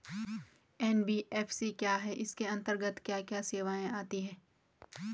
NBFC क्या है इसके अंतर्गत क्या क्या सेवाएँ आती हैं?